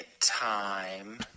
time